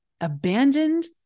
abandoned